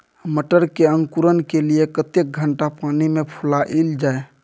मटर के अंकुरण के लिए कतेक घंटा पानी मे फुलाईल जाय?